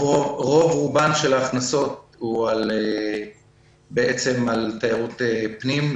רוב רובן של ההכנסות הוא על תיירות פנים,